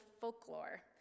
folklore